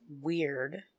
Weird